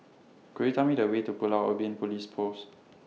Could YOU Tell Me The Way to Pulau Ubin Police Post